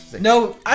No